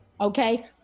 okay